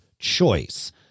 choice